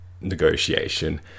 negotiation